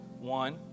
one